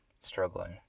struggling